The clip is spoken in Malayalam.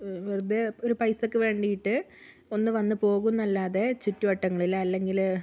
വെറുതെ ഒരു പൈസക്ക് വേണ്ടിയിട്ട് ഒന്ന് വന്നു പോകും അല്ലാതെ ചുറ്റുവട്ടങ്ങളിൽ അല്ലെങ്കിൽ